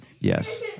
Yes